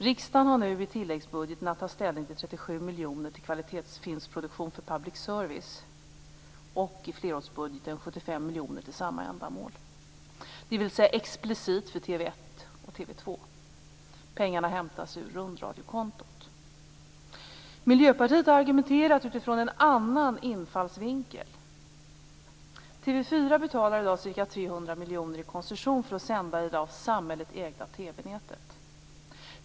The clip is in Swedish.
Riksdagen har nu i tilläggsbudgeten att ta ställning till 37 miljoner till kvalitetsfilmsproduktion för public service och i flerårsbudgeten 75 miljoner till samma ändamål, dvs. explicit för TV 1 och TV 2. Pengarna hämtas från rundradiokontot. Miljöpartiet har argumenterat utifrån en annan infallsvinkel. TV 4 betalar i dag ca 300 miljoner i koncession för att sända i det av samhället ägda TV-nätet.